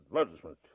advertisement